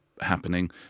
happening